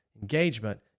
engagement